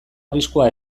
arriskua